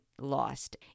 lost